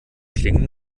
klingen